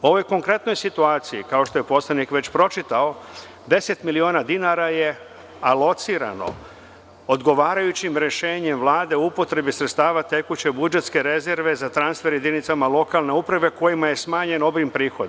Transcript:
Ovoj konkretnoj situaciji, kao što je poslanik već pročitao, 10 miliona dinara je alocirano odgovarajućim rešenjem Vlade o upotrebi sredstava tekuće budžetske rezerve za transfer jedinicama lokalne uprave, kojima je smanjen obim prihoda.